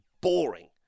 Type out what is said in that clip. boring